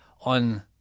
on